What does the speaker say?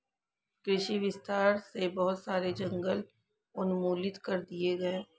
कृषि विस्तार से बहुत सारे जंगल उन्मूलित कर दिए गए